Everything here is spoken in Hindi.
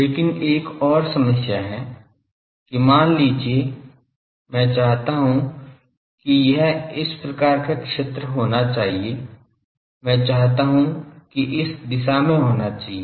लेकिन एक और समस्या है कि मान लीजिए मैं चाहता हूं कि यह इस प्रकार का क्षेत्र होना चाहिए मैं चाहता हूं कि इस दिशा में होना चाहिए